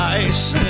ice